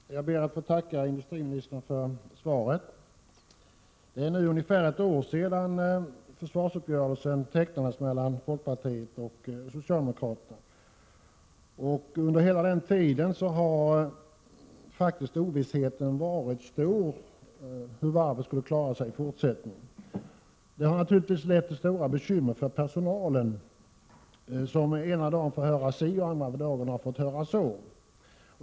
Herr talman! Jag ber att få tacka industriministern för svaret. Det är ungefär ett år sedan försvarsuppgörelsen tecknades mellan folkpartiet och socialdemokraterna. Under hela den tiden har faktiskt ovissheten varit stor om hur varvet skulle klara sig i fortsättningen. Detta har naturligtvis lett till stora bekymmer för personalen som den ena dagen får höra si och den andra dagen så.